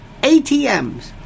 ATMs